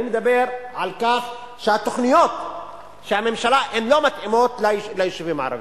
אני מדבר על כך שהתוכניות של הממשלה לא מתאימות ליישובים הערביים.